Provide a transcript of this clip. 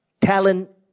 Talent